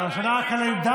אבל השנה הקלנדרית,